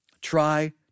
Try